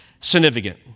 significant